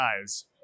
guys